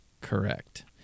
Correct